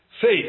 faith